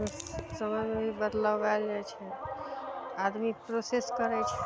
समयमे भी बदलाव आयल जाइ छै आदमी प्रोसेस करय छै